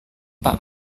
pak